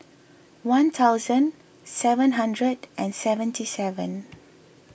one thousand seven hundred and seventy seven